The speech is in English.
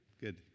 good